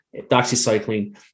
doxycycline